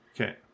Okay